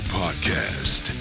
podcast